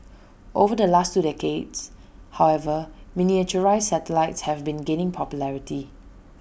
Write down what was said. over the last two decades however miniaturised satellites have been gaining popularity